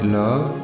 love